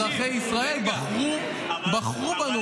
-- אבל זה, ברוך השם, אזרחי ישראל בחרו,